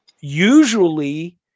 Usually